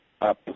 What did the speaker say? up